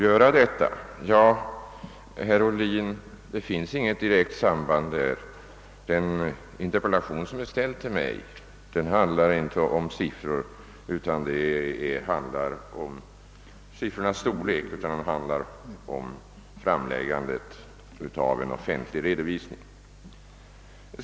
Men, herr Ohlin, den interpellation som är ställd till mig handlar inte om siffrornas storlek utan om framläggande av en offentlig redovisning.